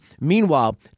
Meanwhile